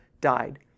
died